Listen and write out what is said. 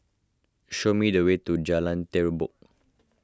show me the way to Jalan Terubok